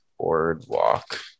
boardwalk